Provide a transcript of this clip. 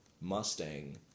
Mustang